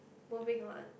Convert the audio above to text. moving on